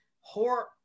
hor